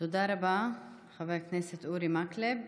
תודה רבה, חבר הכנסת אורי מקלב.